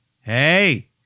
Hey